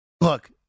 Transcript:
look